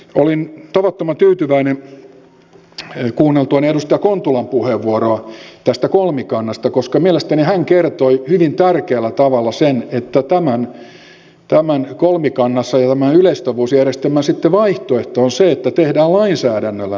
olin tavattoman tyytyväinen kuunneltuani edustaja kontulan puheenvuoroa tästä kolmikannasta koska mielestäni hän kertoi hyvin tärkeällä tavalla sen että kolmikannan ja tämän yleissitovuusjärjestelmän vaihtoehto sitten on se että tehdään lainsäädännöllä nämä minimit